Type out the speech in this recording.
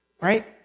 right